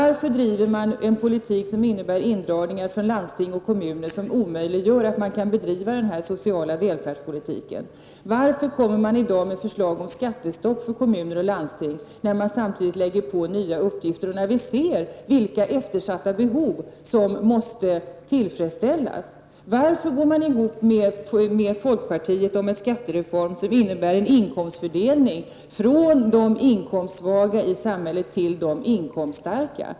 Varför driver man en politik som innebär indragningar för kommuner och landsting och omöjliggör att man bedriver en social välfärdspolitik? Varför kommer man i dag med förslag om skattestopp för kommuner och landsting, när man samtidigt lägger på nya uppgifter och vi ser vilka eftersatta behov som måste tillfredsställas? Varför går socialdemokraterna ihop med folkpartiet om en skattereform som innebär en inkomstomfördelning från de inkomstsvaga i samhället till de inkomststarka?